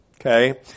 okay